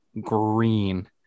Green